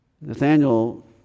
Nathaniel